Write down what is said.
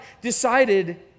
decided